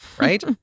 right